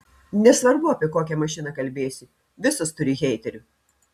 nesvarbu apie kokią mašiną kalbėsi visos turi heiterių